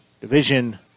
division